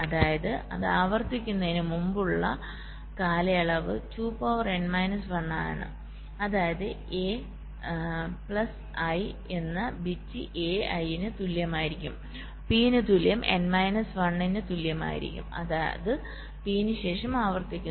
അതായത്അത് ആവർത്തിക്കുന്നതിന് മുമ്പുള്ള കാലയളവ് 2 പവർ n മൈനസ് 1 ആണ് അതായത് a p പ്ലസ് i എന്ന ബിറ്റ് a i ന് തുല്യമായിരിക്കും p ന് തുല്യം n മൈനസ് 1 ന് തുല്യമായിരിക്കും അത് p ന് ശേഷം ആവർത്തിക്കുന്നു